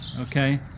okay